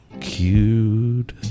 Cute